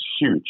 huge